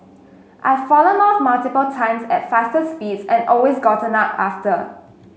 I've fallen off multiple times at faster speeds and always gotten up after